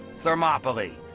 thermopylae.